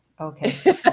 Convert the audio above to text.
Okay